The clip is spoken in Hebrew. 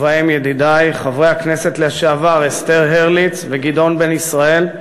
ובהם ידידי חברי הכנסת לשעבר אסתר הרליץ וגדעון בן-ישראל,